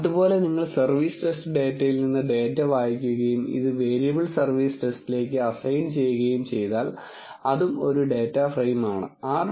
അതുപോലെ നിങ്ങൾ service test ഡാറ്റയിൽ നിന്ന് ഡാറ്റ വായിക്കുകയും ഇത് വേരിയബിൾ സർവീസ് ടെസ്റ്റിലേക്ക് അസൈൻ ചെയ്യുകയും ചെയ്താൽ അതും ഒരു ഡേറ്റ ഫ്രെയിo ആണ്